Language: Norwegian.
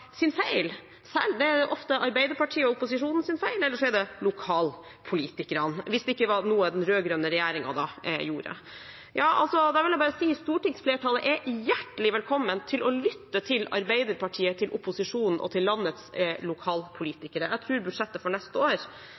er det ofte Arbeiderpartiets eller opposisjonens feil, eller så er det lokalpolitikerne – hvis det ikke var noe den rød-grønne regjeringen gjorde. Da vil jeg bare si: Stortingsflertallet er hjertelig velkommen til å lytte til Arbeiderpartiet, til opposisjonen og til landets lokalpolitikere. Jeg tror budsjettet for neste år